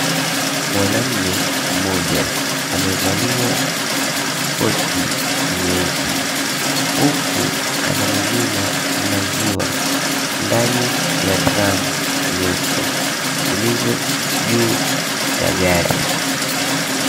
Mwanamme mmoja amevalia koti nyeusi huku anamimina maziwa ndani ya drum nyeupe zilizo juu ya gari.